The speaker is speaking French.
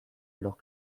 alors